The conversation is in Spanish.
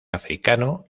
africano